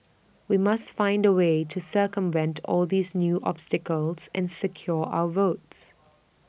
we must find A way to circumvent all these new obstacles and secure our votes